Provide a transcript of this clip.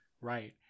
right